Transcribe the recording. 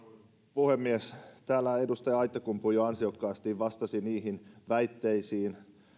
puhemies täällä edustaja aittakumpu jo ansiokkaasti vastasi niihin väitteisiin